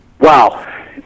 Wow